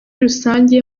rusange